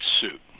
suit